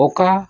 ᱚᱠᱟ